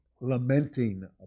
lamenting